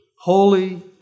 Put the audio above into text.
holy